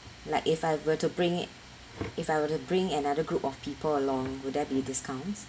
like if I were to bring it if I were to bring another group of people along would there be discounts